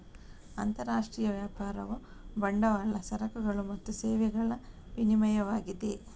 ಅಂತರರಾಷ್ಟ್ರೀಯ ವ್ಯಾಪಾರವು ಬಂಡವಾಳ, ಸರಕುಗಳು ಮತ್ತು ಸೇವೆಗಳ ವಿನಿಮಯವಾಗಿದೆ